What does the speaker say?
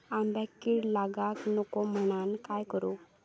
आंब्यक कीड लागाक नको म्हनान काय करू?